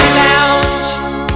lounge